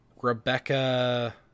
Rebecca